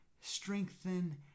strengthen